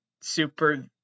super